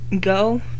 go